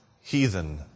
heathen